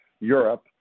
Europe